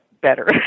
better